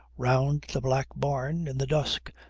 round the black barn, in the dusk,